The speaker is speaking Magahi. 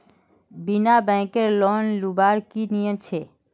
बिना बैंकेर लोन लुबार की नियम छे?